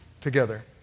together